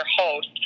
host